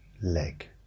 leg